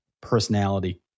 personality